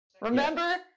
Remember